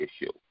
issue